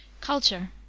Culture